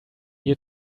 near